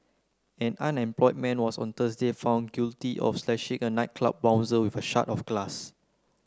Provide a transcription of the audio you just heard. an unemployed man was on Thursday found guilty of slashing a nightclub bouncer with a shard of glass